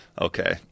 Okay